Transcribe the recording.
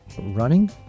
running